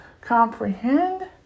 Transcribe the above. comprehend